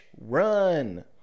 run